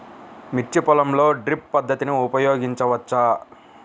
మిర్చి పొలంలో డ్రిప్ పద్ధతిని ఉపయోగించవచ్చా?